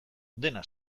dena